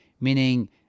meaning